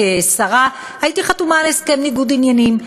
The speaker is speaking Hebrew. כשרה, הייתי חתומה על הסכם ניגוד עניינים.